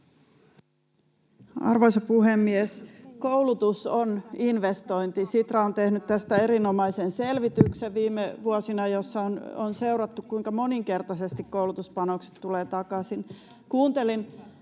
Arvoisa puhemies! Koulutus on investointi. Sitra on tehnyt tästä viime vuosina erinomaisen selvityksen, jossa on seurattu, kuinka moninkertaisesti koulutuspanokset tulevat takaisin.